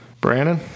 Brandon